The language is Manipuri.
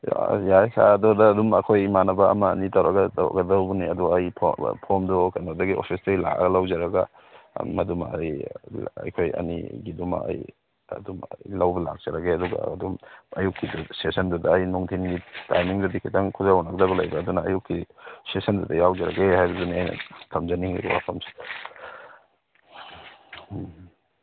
ꯌꯥꯏ ꯁꯥꯔ ꯑꯗꯨꯗ ꯑꯗꯨꯝ ꯑꯩꯈꯣꯏ ꯏꯃꯥꯟꯅꯕ ꯑꯃ ꯑꯅꯤ ꯇꯧꯔꯒ ꯇꯧꯒꯗꯧꯕꯅꯤ ꯑꯗꯨ ꯑꯩ ꯐꯣꯝꯗꯨ ꯀꯩꯅꯣꯗꯩ ꯑꯣꯐꯤꯁꯇꯒꯤ ꯂꯥꯛꯑꯒ ꯂꯧꯖꯔꯒ ꯃꯗꯨꯃ ꯑꯩ ꯑꯩꯈꯣꯏ ꯑꯅꯤꯒꯤꯗꯨꯃ ꯑꯩ ꯑꯗꯨꯝ ꯂꯧꯕ ꯂꯥꯛꯆꯔꯒꯦ ꯑꯗꯨꯒ ꯑꯗꯨꯝ ꯑꯌꯨꯛꯀꯤ ꯁꯦꯁꯟꯗꯨꯗ ꯑꯩ ꯅꯨꯡꯊꯤꯟꯒꯤ ꯇꯥꯏꯃꯤꯡꯗꯗꯤ ꯈꯤꯇꯪ ꯈꯨꯌꯧꯅꯒꯗꯕ ꯂꯩꯕ ꯑꯗꯨꯅ ꯑꯌꯨꯛꯀꯤ ꯁꯦꯁꯟꯗꯨꯗ ꯌꯥꯎꯖꯔꯒꯦ ꯍꯥꯏꯕꯗꯨꯅꯤ ꯑꯩꯅ ꯊꯝꯖꯅꯤꯡꯉꯤꯕ ꯋꯥꯐꯝꯁꯦ ꯎꯝ